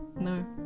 no